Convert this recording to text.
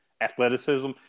athleticism